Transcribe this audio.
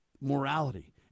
morality